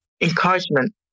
encouragement